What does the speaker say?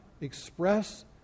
express